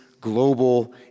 global